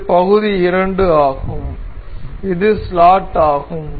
இது பகுதி 2 ஆகும் இது ஸ்லாட் ஆகும்